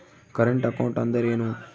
Current account ಅಂದರೇನು?